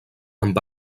amb